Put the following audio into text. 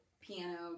piano